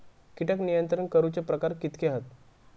कीटक नियंत्रण करूचे प्रकार कितके हत?